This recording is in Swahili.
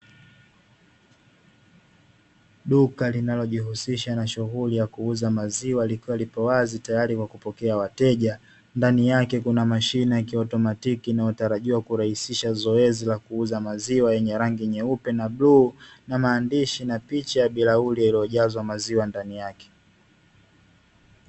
Duka linalojihusisha na shughuli ya kuuza maziwa, likiwa lipo wazi tayari kwa kupokea wateja, ndani yake kuna mashine ya kiotomatiki inayotarajiwa kurahisisha zoezi la kuuza maziwa yenye rangi nyeupe na bluu na maandishi na picha ya bilauri iliyojazwa maziwa ndani yake.